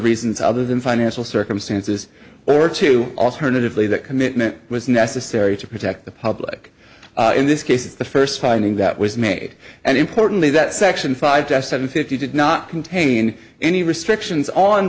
reasons other than financial circumstances or to alternatively that commitment was necessary to protect the public in this case the first finding that was made and importantly that section five seven fifty did not contain any restrictions on